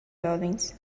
jovens